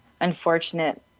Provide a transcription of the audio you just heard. unfortunate